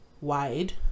wide